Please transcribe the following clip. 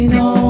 no